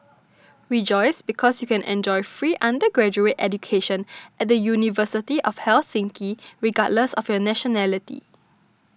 rejoice because you can enjoy free undergraduate education at the University of Helsinki regardless of your nationality